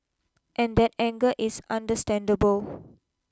and that anger is understandable